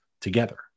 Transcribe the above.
together